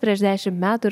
prieš dešimt metų